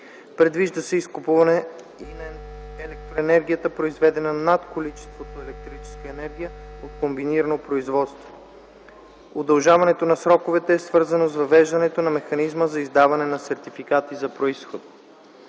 Предвижда се изкупуване и на електроенергията, произведена над количеството електрическа енергия от комбинирано производство. Удължаването на сроковете е свързано с въвеждането на механизма за издаване на сертификати за произход.